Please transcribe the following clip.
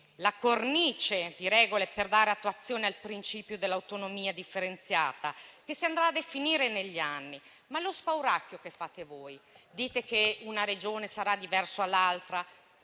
la cornice di regole per dare attuazione al principio dell'autonomia differenziata che si andrà a definire negli anni. Voi agitate uno spauracchio e dite che ogni Regione sarà diversa dall'altra;